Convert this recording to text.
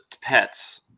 pets